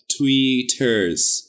tweeters